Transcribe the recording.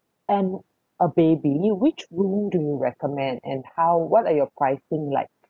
and a baby which room do you recommend and how what are your pricing like